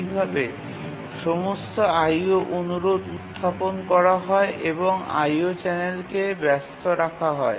এইভাবে সমস্ত IO কে অনুরোধ করা হয় এবং IO চ্যানেলকে ব্যস্ত রাখা হয়